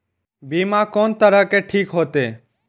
बीमा कोन तरह के ठीक होते?